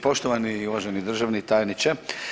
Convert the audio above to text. Poštovani i uvaženi državni tajniče.